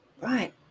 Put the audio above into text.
Right